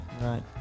right